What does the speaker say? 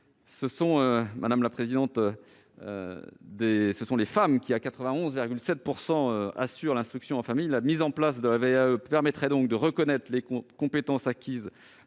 ce sont les femmes qui, à 91,7 %, assurent l'instruction en famille. La mise en place de la VAE permettrait donc de reconnaître les compétences acquises